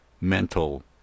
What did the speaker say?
mental